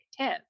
tip